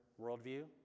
worldview